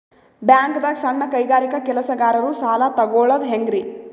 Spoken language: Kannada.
ಬ್ಯಾಂಕ್ದಾಗ ಸಣ್ಣ ಕೈಗಾರಿಕಾ ಕೆಲಸಗಾರರು ಸಾಲ ತಗೊಳದ್ ಹೇಂಗ್ರಿ?